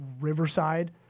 Riverside